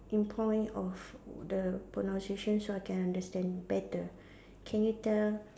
in point of the pronunciation so I can understand better can you tell